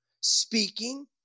speaking